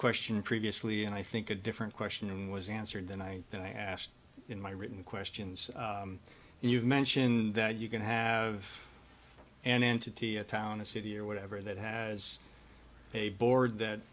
question previously and i think a different question was answered than i and i asked in my written questions and you've mentioned that you can have an entity a town a city or whatever that has a board that